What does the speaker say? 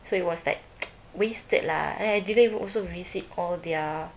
so it was like wasted lah I I didn't also visit all their